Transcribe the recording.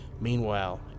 Meanwhile